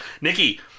Nikki